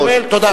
תודה רבה.